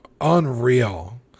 unreal